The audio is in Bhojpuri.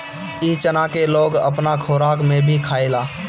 इ चना के लोग अपना खोराक में भी खायेला